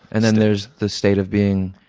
and then there's the state of being